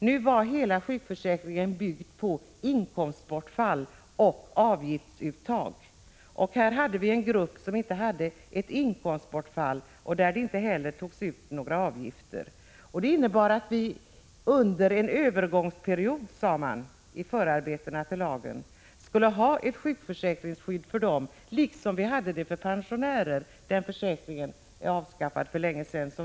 Nu var hela sjukförsäkringen uppbyggd på inkomstbortfall och avgiftsuttag. Men här fanns alltså en grupp kvinnor som inte hade något inkomstbortfall och från vilka det inte heller togs ut några avgifter. I förarbetena till lagen stod att det under en övergångsperiod skulle finnas ett försäkringsskydd för dessa kvinnor liksom det tidiga,e fanns för pensionärer. Den senare försäkringen är avskaffad för länge sedan.